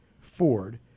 Ford